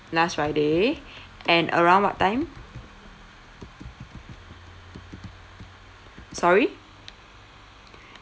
last friday and around what time sorry